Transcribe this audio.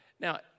Now